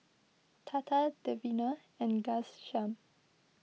Tata Davinder and Ghanshyam